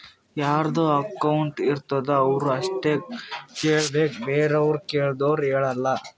ಯಾರದು ಅಕೌಂಟ್ ಇರ್ತುದ್ ಅವ್ರು ಅಷ್ಟೇ ಕೇಳ್ಬೇಕ್ ಬೇರೆವ್ರು ಕೇಳ್ದೂರ್ ಹೇಳಲ್ಲ